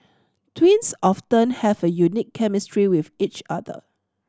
twins often have a unique chemistry with each other